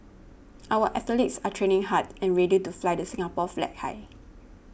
our athletes are training hard and ready to fly the Singapore flag high